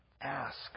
ask